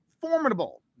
formidable